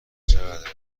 چقدر